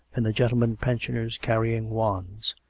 and the gentlemen pensioners carrying wands,